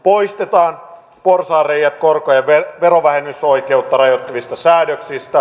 poistetaan porsaanreiät korkojen verovähennysoikeutta rajoittavista säädöksistä